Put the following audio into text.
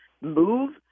move